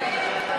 הסתייגויות?